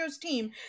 team